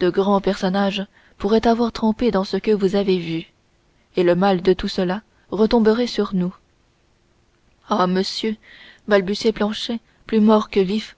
de grands personnages pourraient avoir trempé dans ce que vous avez vu et le mal de tout cela retomberait sur nous ah monsieur balbutiait planchet plus mort que vif